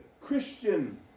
Christian